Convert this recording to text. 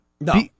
No